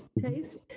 taste